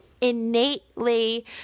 innately